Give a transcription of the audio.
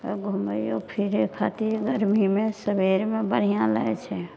घूमैयो फिरए खातिर गरमीमे सबेरमे बढ़िआँ लागैत छै